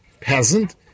peasant